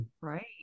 Right